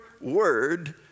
word